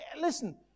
listen